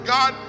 God